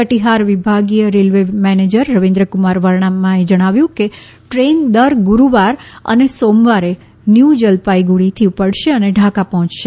કટિહાર વિભાગીય railway manager Ravindra Kumar વર્માએ જણાવ્યું કે ટ્રેન દર ગુરુવાર અને સોમવારે ન્યુ જલપાઈગુડીથી ઉપડશે અને ઢાકા પહોચશે